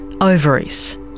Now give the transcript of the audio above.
ovaries